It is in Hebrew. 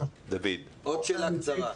איזשהו חשש --- עוד שאלה קצרה.